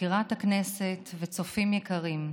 מזכירת הכנסת וצופים יקרים,